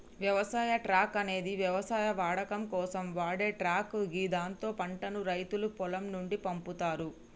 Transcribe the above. వ్యవసాయ ట్రక్ అనేది వ్యవసాయ వాడకం కోసం వాడే ట్రక్ గిదాంతో పంటను రైతులు పొలం నుండి పంపుతరు